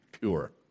pure